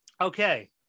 Okay